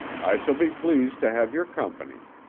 i shall be pleased to have your company.